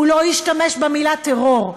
הוא לא השתמש במילה טרור,